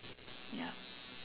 ya